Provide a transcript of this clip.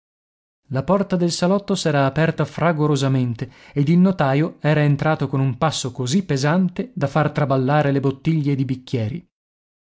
la porta del salotto s'era aperta fragorosamente ed il notaio era entrato con un passo così pesante da far traballare le bottiglie ed i bicchieri